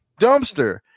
dumpster